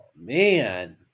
Man